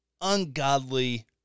ungodly